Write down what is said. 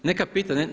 Neka pita.